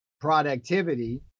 productivity